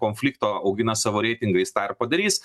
konflikto augina savo reitingais tą ir padarys